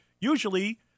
usually